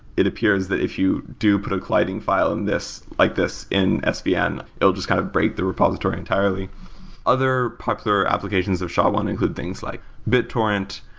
it appears that if you do put a colliding file and like this in ah svn, it will just kind of break the repository entirely other popular applications of sha one include things like bittorrent,